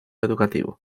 educativo